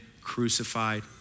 crucified